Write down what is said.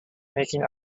making